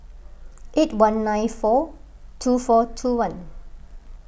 eight one nine four two four two one